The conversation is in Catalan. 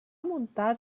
muntar